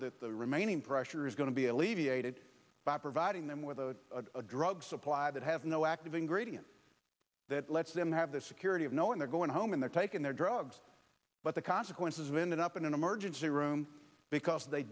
that the remaining pressure is going to be alleviated by providing them with a drug supply that have no active ingredient that lets them have the security of knowing they're going home and they're taking their drugs but the consequences of ended up in an emergency room because they